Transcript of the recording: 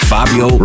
Fabio